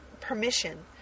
permission